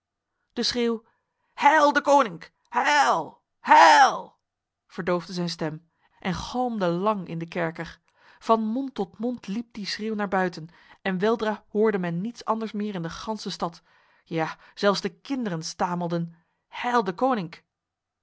de schreeuw heil deconinck heil heil verdoofde zijn stem en galmde lang in de kerker van mond tot mond liep die schreeuw naar buiten en weldra hoorde men niets anders meer in de ganse stad ja zelfs de kinderen stamelden heil